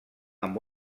amb